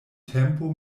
tempo